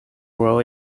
grow